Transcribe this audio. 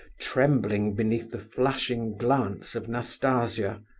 trembling beneath the flashing glance of nastasia.